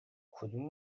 کدوم